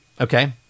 okay